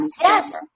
Yes